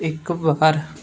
ਇੱਕ ਵਾਰ